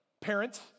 Parents